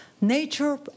nature